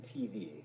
TV